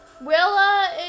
Willa